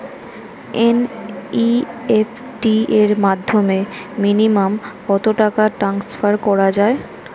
NEFT র মাধ্যমে minimum কত টাকা ট্রান্সফার করা যায়?